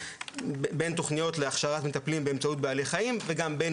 בין תוכניות להכשרת מטפלים באמצעות בעלי חיים וגם בין